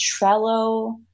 Trello